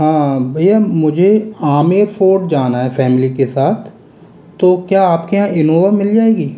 हाँ भैया मुझे आमेर फोर्ट जाना है फ़ैमिली के साथ तो क्या आप के यहाँ इनोवा मिल जाएगी